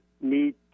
need